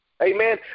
Amen